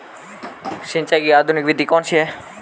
सिंचाई की आधुनिक विधि कौनसी हैं?